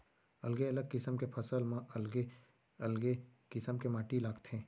अलगे अलग किसम के फसल म अलगे अलगे किसम के माटी लागथे